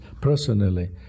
personally